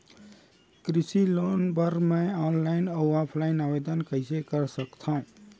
कृषि लोन बर मैं ऑनलाइन अऊ ऑफलाइन आवेदन कइसे कर सकथव?